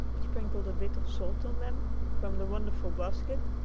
sprinkled a bit of salt on them from the wonderful basket,